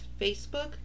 Facebook